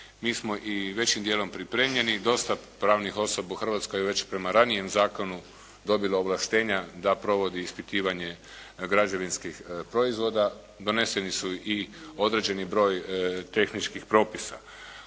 Mi smo i većim dijelom pripremljeni, dosta pravnih osoba u Hrvatskoj je već prema ranijem zakonu dobilo ovlaštenja da provodi ispitivanje građevinskih proizvoda, doneseni su i određeni broj tehničkih propisa.